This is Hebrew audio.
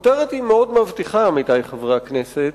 הכותרת היא מאוד מבטיחה, עמיתי חברי הכנסת,